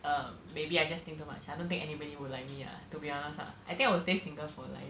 err maybe I just think too much I don't think anybody will like me ah to be honest ah I think I will stay single for life